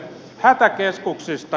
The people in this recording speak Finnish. hätäkeskukset